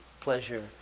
pleasure